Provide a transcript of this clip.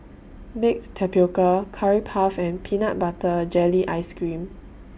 Baked Tapioca Curry Puff and Peanut Butter Jelly Ice Cream